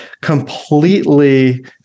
Completely